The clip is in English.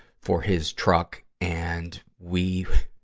for his truck, and we,